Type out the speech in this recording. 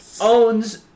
owns